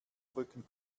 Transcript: brücken